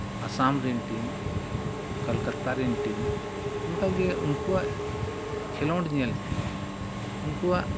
ᱟᱥᱟᱢ ᱨᱮᱱ ᱴᱤᱢ ᱠᱳᱞᱠᱟᱛᱟ ᱨᱮᱱ ᱴᱤᱢ ᱚᱱᱠᱟᱜᱮ ᱩᱱᱠᱩᱣᱟᱜ ᱠᱷᱮᱞᱳᱰ ᱧᱮᱞᱛᱮ ᱩᱱᱠᱩᱣᱟᱜ